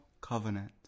covenant